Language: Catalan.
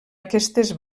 aquestes